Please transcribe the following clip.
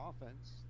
offense